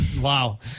Wow